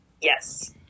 Yes